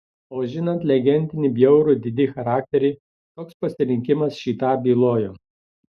o žinant legendinį bjaurų didi charakterį toks pasirinkimas šį tą bylojo